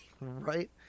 Right